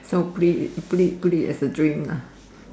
so put it put it put it as a dream lah